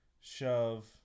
shove